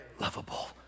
lovable